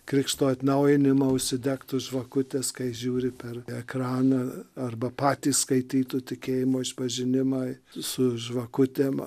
krikšto atnaujinimą užsidegtų žvakutes kai žiūri per ekraną arba patys skaitytų tikėjimo išpažinimą su žvakutėm